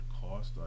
cost